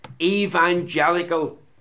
Evangelical